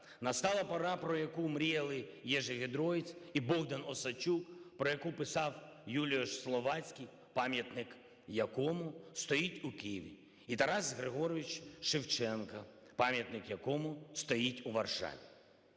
Настала пора, про яку мріяли Єжи Ґедройц і Богдан Осадчук, про яку писав Юліуш Словацький, пам'ятник якому стоїть у Києві, і Тарас Григорович Шевченко, пам'ятник якому стоїть у Варшаві.